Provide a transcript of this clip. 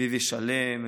ויוי שלם,